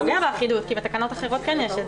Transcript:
זה פוגע באחידות כי בתקנות האחרות זה כן קיים.